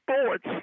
sports